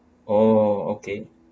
oh okay